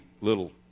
little